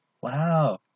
Wow